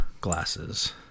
glasses